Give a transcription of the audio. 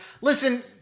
listen